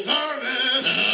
Service